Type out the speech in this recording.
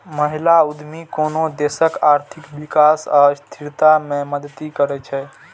महिला उद्यमी कोनो देशक आर्थिक विकास आ स्थिरता मे मदति करै छै